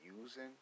using